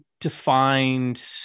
defined